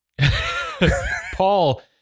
Paul